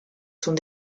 sont